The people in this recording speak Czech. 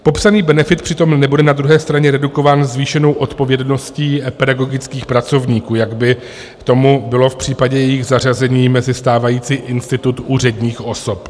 Popsaný benefit přitom nebude na druhé straně redukován zvýšenou odpovědností pedagogických pracovníků, jako by tomu bylo v případě jejich zařazení mezi stávající institut úředních osob.